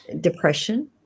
depression